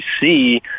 see